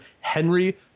Henry